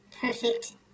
perfect